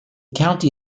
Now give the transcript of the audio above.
county